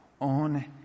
on